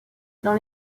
dans